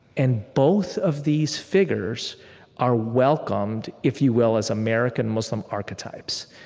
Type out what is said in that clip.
and both of these figures are welcomed, if you will, as american-muslim archetypes.